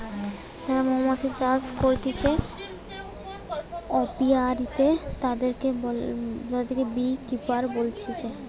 যারা মৌমাছি চাষ করতিছে অপিয়ারীতে, তাদিরকে বী কিপার বলতিছে